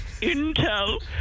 intel